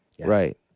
Right